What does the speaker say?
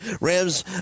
rams